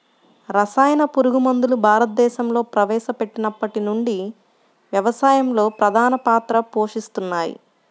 రసాయన పురుగుమందులు భారతదేశంలో ప్రవేశపెట్టినప్పటి నుండి వ్యవసాయంలో ప్రధాన పాత్ర పోషిస్తున్నాయి